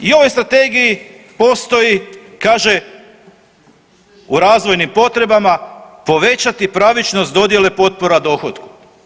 Znači i u ovoj strategiji postoji kaže, u razvojnim potrebama povećati pravičnost dodjele potpora dohotku.